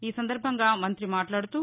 ఈ సందర్భంగా మంత్రి మాట్లాదుతూ